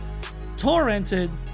torrented